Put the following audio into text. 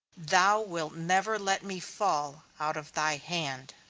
thou wilt never let me fall out of thy hand.